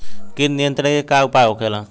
कीट नियंत्रण के का उपाय होखेला?